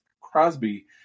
Crosby